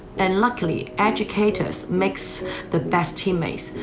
and luckily, educators makes the best teammates,